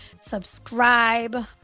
subscribe